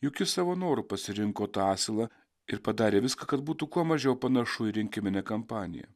juk jis savo noru pasirinko tą asilą ir padarė viską kad būtų kuo mažiau panašu į rinkiminę kampaniją